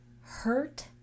hurt